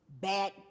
bad